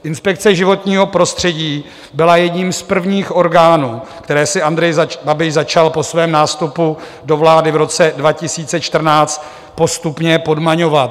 Inspekce životního prostředí byla jedním z prvních orgánů, které si Andrej Babiš začal po svém nástupu do vlády v roce 2014 postupně podmaňovat.